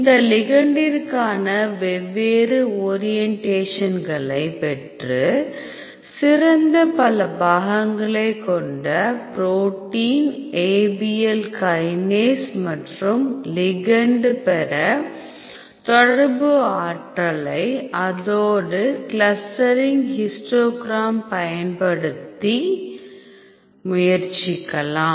இந்த லிகெண்டிற்கான வெவ்வேறு ஓரியண்டேஷன்களை பெற்று சிறந்த பல பாகங்களைக் கொண்ட புரோட்டீன் ABL கைனேஸ் மற்றும் லிகெண்ட் பெற தொடர்பு ஆற்றலை அதோடு க்ளஸ்டரிங் ஹிஸ்டோகிராம் பயன்படுத்தி முயற்சிக்கலாம்